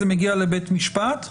זה מגיע לבית משפט,